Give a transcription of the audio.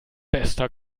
bester